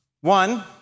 One